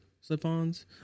Slip-ons